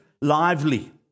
lively